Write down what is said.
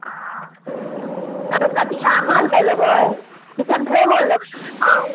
आम कलकतिआ मालदह लेबै किसनभोगो लेबै आ